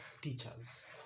teachers